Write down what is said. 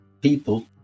people